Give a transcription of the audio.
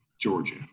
Georgia